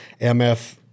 MF